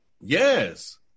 Yes